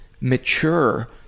mature